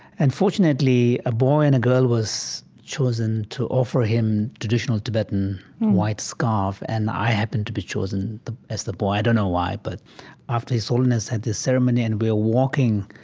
and fortunately, a boy and a girl was chosen to offer him traditional tibetan white scarf, and i happened to be chosen as the boy. i don't know why, but after his holiness had the ceremony and we're walking,